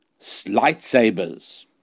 lightsabers